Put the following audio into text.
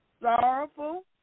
sorrowful